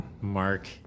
mark